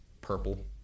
purple